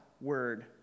word